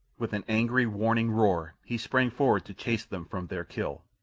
with an angry, warning roar he sprang forward to chase them from their kill.